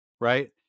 right